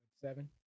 Seven